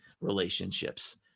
relationships